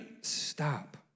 stop